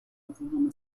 oklahoma